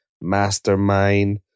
Mastermind